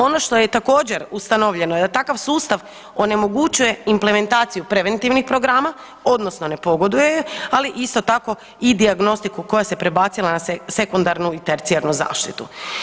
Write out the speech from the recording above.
Ono što je također ustanovljeno je da takav sustav onemogućuje implementaciju preventivnih programa odnosno ne pogoduje joj, ali isto tako i dijagnostiku koja se prebacila na sekundarnu i tercijarnu zaštitu.